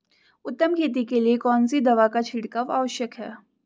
उत्तम खेती के लिए कौन सी दवा का छिड़काव आवश्यक है?